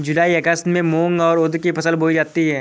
जूलाई अगस्त में मूंग और उर्द की फसल बोई जाती है